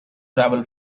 travel